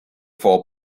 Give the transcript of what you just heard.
for